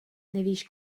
nevíš